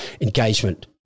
engagement